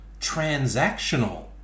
transactional